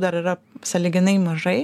dar yra sąlyginai mažai